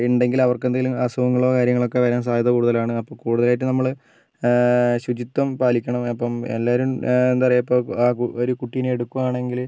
ഉണ്ടെങ്കിൽ അവർക്ക് എന്തെങ്കിലും അസുഖങ്ങളോ കാര്യങ്ങളോ ഒക്കെ വരാൻ സാധ്യത കൂടുതലാണ് അപ്പോൾ കൂടുതലായിട്ടും നമ്മൾ ശുചിത്വം പാലിക്കണം അപ്പം എല്ലാരും എന്താണ് പറയുക ഇപ്പോൾ ആ ഒരു കുട്ടീനെ എടുക്കുവാണെങ്കിൽ